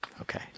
okay